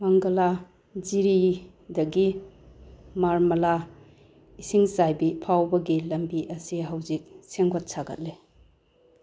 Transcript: ꯃꯪꯒꯥꯂꯥ ꯖꯤꯔꯤꯗꯒꯤ ꯃꯔꯃꯥꯂꯥ ꯏꯁꯤꯡ ꯆꯥꯏꯕꯤ ꯐꯥꯎꯕꯒꯤ ꯂꯝꯕꯤ ꯑꯁꯦ ꯍꯧꯖꯤꯛ ꯁꯦꯝꯒꯠ ꯁꯥꯒꯠꯂꯤ